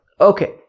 Okay